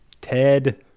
Ted